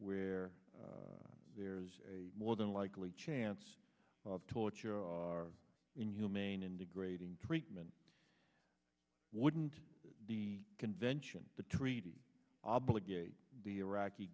where there's more than likely chance of torture are in you main in degrading treatment wouldn't the convention the treaty obligate the iraqi